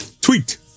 Tweet